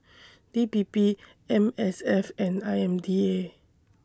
D P P M S F and I M D A